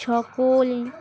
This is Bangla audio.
সকল